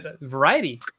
variety